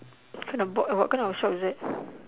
what kind of box what kind of shop is that